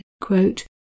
quote